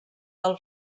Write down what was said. del